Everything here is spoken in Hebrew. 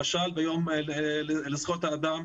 למשל ביום לזכויות האדם?